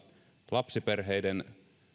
lapsiperheiden